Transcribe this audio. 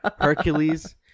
Hercules